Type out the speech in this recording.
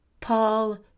Paul